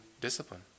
discipline